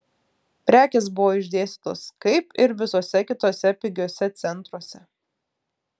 prekės buvo išdėstytos kaip ir visuose kituose pigiuose centruose